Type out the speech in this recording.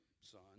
son